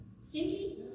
stinky